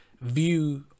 view